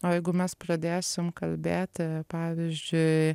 o jeigu mes pradėsim kalbėti pavyzdžiui